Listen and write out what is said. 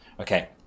Okay